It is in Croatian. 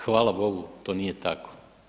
Hvala Bogu to nije tako.